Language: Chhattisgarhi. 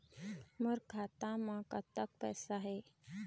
मोर खाता म कतक पैसा हे?